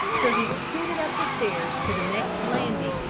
so he scooted up the stairs to the next landing,